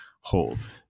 hold